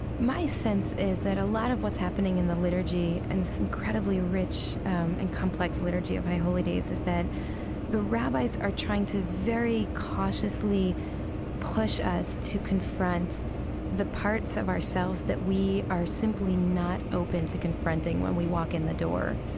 my sense is that a lot of what's happening in the liturgy and this incredibly rich and complex liturgy of high holy days is that the rabbis are trying to very cautiously push us to confront the parts of ourselves that we are simply not open to confronting when we walk in the door.